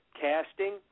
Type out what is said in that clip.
casting